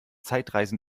zeitreisen